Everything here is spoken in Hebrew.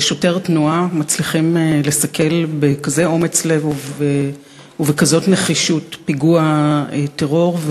ושוטר תנועה מצליחים לסכל באומץ לב כזה ובנחישות כזאת פיגוע טרור.